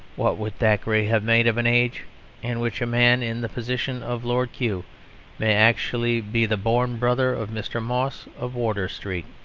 what would thackeray have made of an age in which a man in the position of lord kew may actually be the born brother of mr. moss of wardour street?